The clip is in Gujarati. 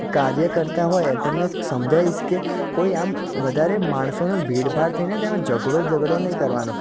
કાર્ય કરતાં હોય તેમને સમજાવીશ કે કોઈ આમ વધારે માણસોનો ભીડભાડ થઈને તેમાં ઝઘડો ઝઘડો નહીં કરવાનો